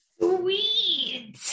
sweet